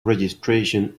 registration